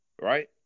right